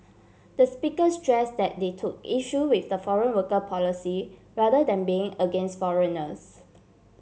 the speaker stress that they took issue with the foreign worker policy rather than being against foreigners